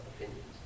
opinions